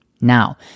Now